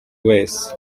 wese